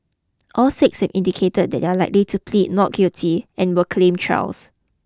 all six indicated that they are likely to plead not guilty and will claim trials